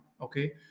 okay